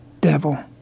devil